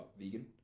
vegan